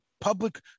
public